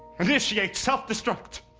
initiate self-destruct